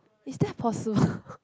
is that possible